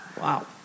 Wow